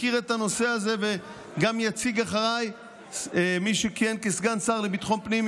מכיר את הנושא הזה וגם יציג אחריי מי שכיהן כסגן השר לביטחון הפנים,